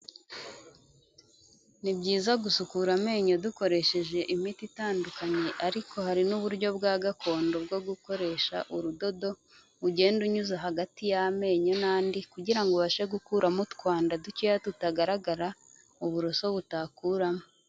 Ni byiza gusukura amenyo dukoresheje imiti itandukanye, ariko hari n'uburyo bwa gakondo bwo gukoresha urudodo ugenda unyuza hagati y'amenyo n'andi, kugira ngo ubashe gukuramo utwanda dukeya tutagaragara uburoso butakuramo.